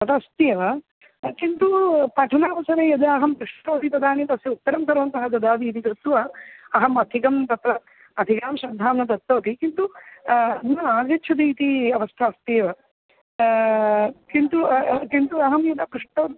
तदस्त्येव किन्तु पठनावसरे यदा अहं पृष्टवती तदानीं तस्य उत्तरं सर्वं सः ददाति इति कृत्वा अहम् अधिकां तत्र अधिकां श्रद्धां न दत्तवती किन्तु न आगच्छति इति अवस्था अस्ति एव किन्तु किन्तु अहं यदा पृष्टः